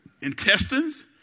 Intestines